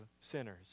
sinners